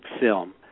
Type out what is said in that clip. film